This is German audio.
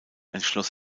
entschloss